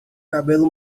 cabelo